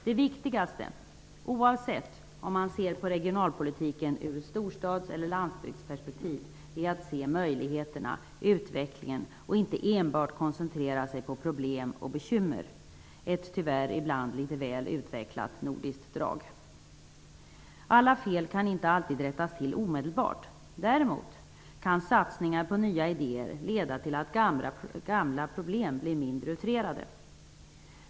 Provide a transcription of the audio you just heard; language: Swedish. Det viktigaste, oavsett om man ser på regionalpolitiken ur ett storstads eller ett landsbygsperspektiv, är att se möjligheterna, utvecklingen, inte enbart koncentrera sig på problem och bekymmer -- ett tyvärr litet väl utvecklat nordiskt drag. Alla fel kan inte alltid rättas till omedelbart. Däremot kan satsningar på nya idéer leda till att gamla problem blir mindre utrerade.